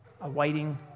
awaiting